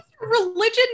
religion